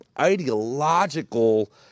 ideological